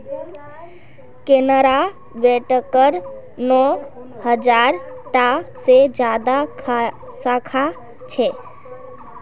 केनरा बैकेर नौ हज़ार टा से ज्यादा साखा छे